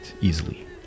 easily